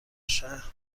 شهر